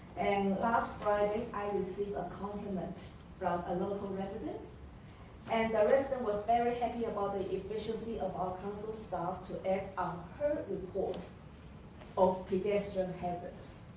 and last friday i received a compliment from a local resident and the resident was very happy about ah the efficiency of our council's staff to act on her report of pedestrian hazards.